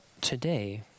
today